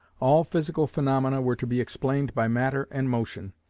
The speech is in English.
all physical phaenomena were to be explained by matter and motion,